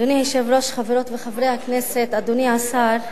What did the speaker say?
אדוני היושב-ראש, חברות וחברי הכנסת, אדוני השר,